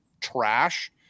trash